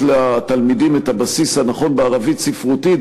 לתלמידים את הבסיס הנכון בערבית ספרותית,